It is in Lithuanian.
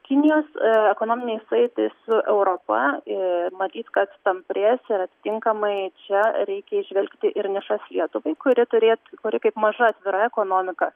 kinijos ė ekonominiai saitai su europa ė matyt kad tamprės atitinkamai čia reikia įžvelgti ir nišas lietuvai kuri turėt kuri kaip maža atvira ekonomika